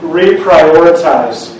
reprioritize